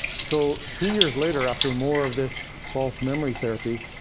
so two years later, after more of this false memory therapy,